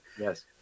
Yes